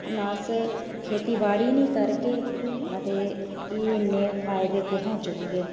हून अस्स खेतीबाड़ी नेईं करगे ते आ ते एह् इन्ने फायदे कुत्थुआं चुकगे